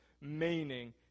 meaning